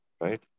right